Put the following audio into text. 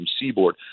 Seaboard